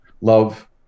love